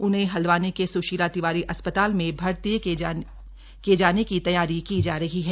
उन्हें हल्द्वानी के स्शीला तिवारी अस्पताल में भर्ती किए जाने की तैयारी की जा रही है